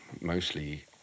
mostly